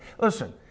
Listen